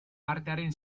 artearen